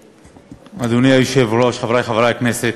אדוני היושב-ראש, חברי חברי הכנסת,